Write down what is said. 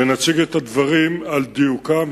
ונציג את הדברים על דיוקם.